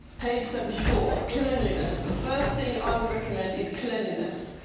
page seventy four, cleanliness. the first thing i would recommend is cleanliness.